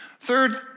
third